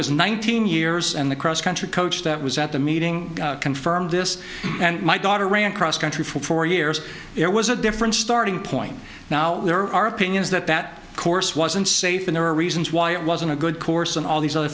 was nineteen years and the cross country coach that was at the meeting confirmed this and my daughter ran cross country for four years it was a different starting point now there are opinions that that course wasn't safe and there are reasons why it wasn't a good course and all these other